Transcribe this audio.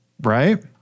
Right